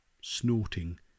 snorting